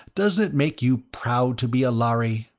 doesn't it make you proud to be a lhari?